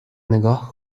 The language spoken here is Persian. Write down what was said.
نگاه